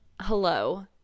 hello